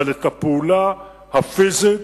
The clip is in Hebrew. אבל את הפעולה הפיזית,